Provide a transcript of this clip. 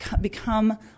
become